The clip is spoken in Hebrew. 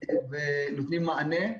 ונותנים מענה.